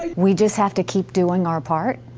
we just have to keep doing our part,